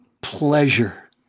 pleasure